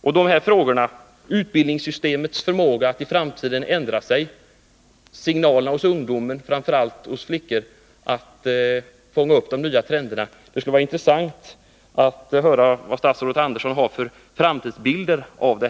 Det skulle vara intressant att höra vilka framtidsbilder statsrådet Andersson har när det gäller möjligheterna att i framtiden ändra utbildningssystemet och i fråga om flickornas förmåga att fånga upp nya trender.